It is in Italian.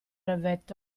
brevetto